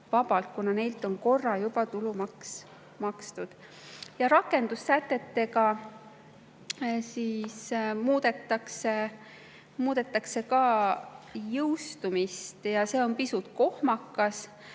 kuna neilt on korra juba tulumaks makstud. Rakendussätetega muudetakse ka jõustumist. See on pisut kohmakas,